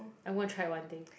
I'm gonna try it one day